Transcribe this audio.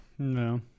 No